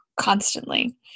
constantly